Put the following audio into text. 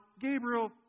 Gabriel